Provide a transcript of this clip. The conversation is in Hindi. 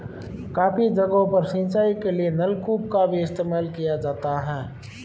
काफी जगहों पर सिंचाई के लिए नलकूप का भी इस्तेमाल किया जाता है